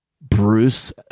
Bruce